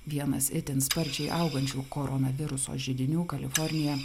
vienas itin sparčiai augančių koronaviruso židinių kalifornija